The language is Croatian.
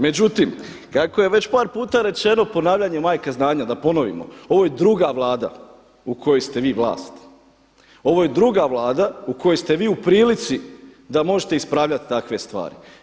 Međutim, kako je već par puta rečeno da je ponavljanje majka znanja, da ponovimo ovo je druga Vlada u kojoj ste vi vlast, ovo je druga Vlada u kojoj ste vi u prilici da možete ispravljati takve stvari.